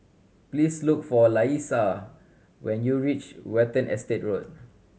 please look for Laisha when you reach Watten Estate Road